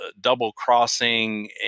double-crossing